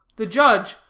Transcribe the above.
the judge,